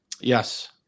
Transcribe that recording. Yes